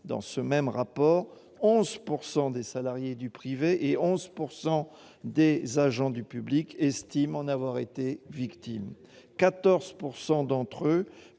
dans ce même rapport, 11 % des salariés du privé et 11 % des agents du secteur public estiment en avoir été victimes